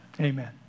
Amen